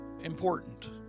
important